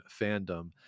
fandom